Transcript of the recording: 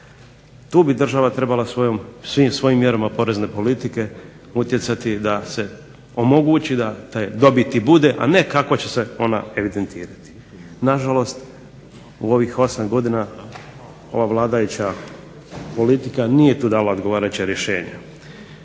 Tu bi država trebala svim svojim mjerama porezne politike utjecati da se omogući da te dobiti bude, a ne kako će se ona evidentirati. Na žalost u ovih 8 godina ova vladajuća politika nije tu dala odgovarajuća rješenja.